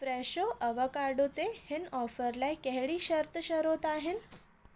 Fresho avocado ते हिन offer लाइ कहिड़ी शर्त शरोत आहिनि